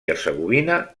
hercegovina